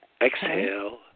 Exhale